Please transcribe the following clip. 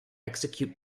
execute